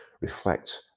reflect